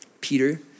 Peter